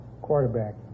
Quarterback